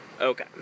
Okay